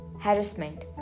harassment